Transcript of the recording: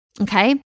Okay